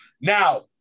Now